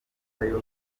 mathieu